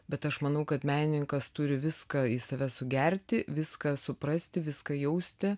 bet aš manau kad menininkas turi viską į save sugerti viską suprasti viską jausti